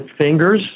fingers